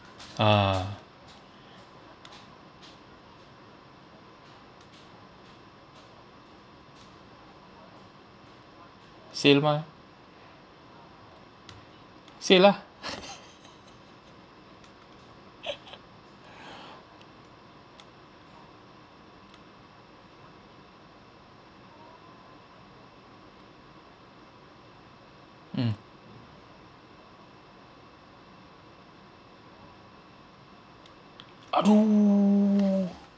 ah sale mah say lah mm aduh